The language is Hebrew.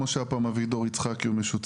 כמו שהיה פעם אביגדור יצחקי או מישהו,